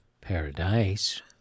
paradise